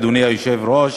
אדוני היושב-ראש,